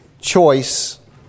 choice